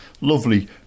lovely